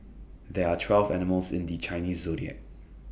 there are twelve animals in the Chinese Zodiac